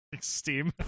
Steam